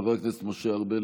חבר הכנסת משה ארבל,